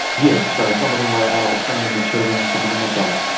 yes, so some of them were adults, some of them were children and some of them were both.